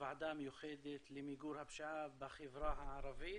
ישיבת הוועדה המיוחדת למיגור הפשיעה בחברה הערבית,